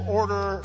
order